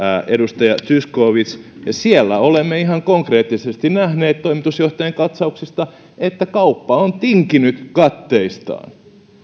edustaja zyskowicz siellä olemme ihan konkreettisesti nähneet toimitusjohtajan katsauksista että kauppa on tinkinyt katteistaan